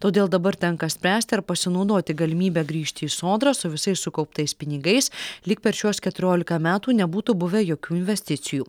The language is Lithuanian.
todėl dabar tenka spręsti ar pasinaudoti galimybe grįžti į sodrą su visais sukauptais pinigais lyg per šiuos keturiolika metų nebūtų buvę jokių investicijų